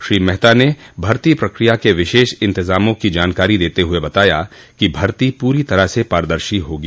श्री मेहता ने भर्ती प्रक्रिया के विशेष इंतजामों को जानकारी देते हुए बताया कि भर्ती पूरी तरह से पारदर्शी होगी